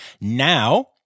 now—